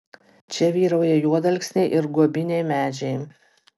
čia vyrauja juodalksniai ir guobiniai medžiai